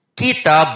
kita